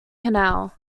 canal